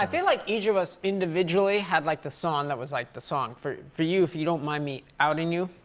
ah feel like each of us individually have, like, the song that was, like, the song. for for you, if you don't mind me outing you,